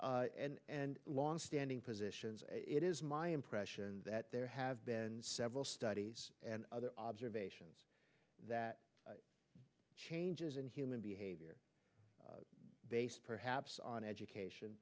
and longstanding positions it is my impression that there have been several studies and other observations that changes in human behavior based perhaps on education